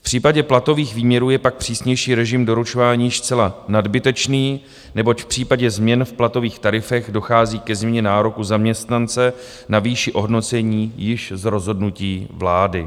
V případě platových výměrů je pak přísnější režim doručování již zcela nadbytečný, neboť v případě změn v platových tarifech dochází ke změně nároku zaměstnance na výši ohodnocení již z rozhodnutí vlády.